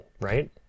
right